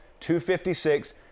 256